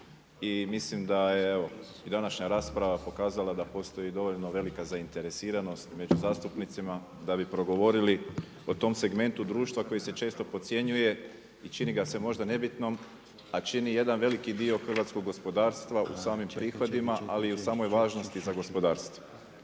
i mislim da je današnja rasprava pokazala da postoji dovoljno velika zainteresiranost među zastupnicima da bi progovorili o tom segmentu društva koji se često podcjenjuje i čini ga se možda nebitnom, a čini jedan veliki dio hrvatskog gospodarstva u samim prihodima, ali i u samoj važnosti za gospodarstvo.